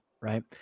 right